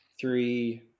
three